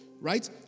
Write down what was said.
right